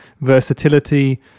versatility